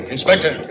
Inspector